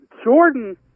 Jordan